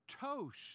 toast